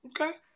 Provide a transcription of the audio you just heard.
Okay